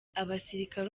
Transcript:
abasirikare